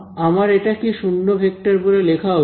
আমার এটাকে 0 ভেক্টর বলে লেখা উচিত